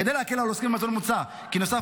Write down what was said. כדי להקל על העוסקים במזון מוצע כי בנוסף